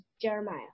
Jeremiah